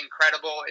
incredible